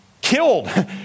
killed